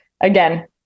again